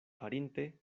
farinte